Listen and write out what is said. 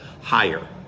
higher